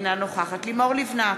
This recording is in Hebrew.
אינה נוכחת לימור לבנת,